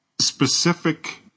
specific